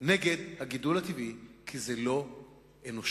נגד הגידול הטבעי, כי זה לא אנושי.